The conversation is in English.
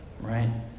right